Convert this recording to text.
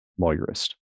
Lawyerist